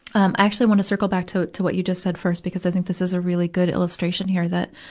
um i actually wanna circle back to, to what you just said first, because i think this is a really good illustration here. that,